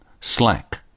Slack